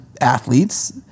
athletes